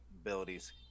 abilities